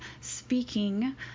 speaking